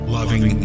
Loving